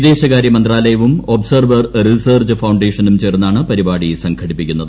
വിദേശകാര്യ മന്ത്രാലയവും observer research ഫൌണ്ടേഷനും ചേർന്നാണ് പരിപാടി സംഘടിപ്പിക്കുന്നത്